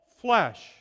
flesh